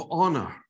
honor